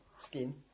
skin